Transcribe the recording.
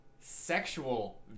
sexual